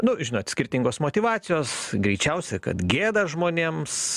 nu žinot skirtingos motyvacijos greičiausiai kad gėda žmonėms